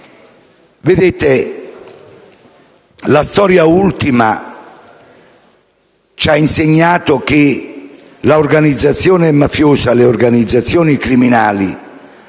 Vedete, la storia recente ci ha insegnato che l'organizzazione mafiosa e le organizzazioni criminali